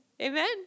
amen